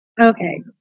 Okay